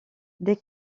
dès